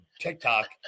TikTok